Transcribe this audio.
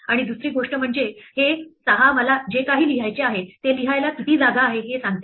आणि दुसरी गोष्ट म्हणजे हे 6 मला जे काही लिहायचे आहे ते लिहायला किती जागा आहे हे सांगते